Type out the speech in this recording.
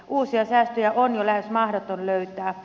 uusia säästöjä on jo lähes mahdoton löytää